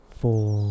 ，four 。